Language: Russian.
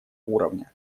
уровня